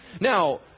Now